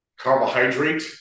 carbohydrate